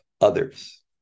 others